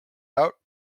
out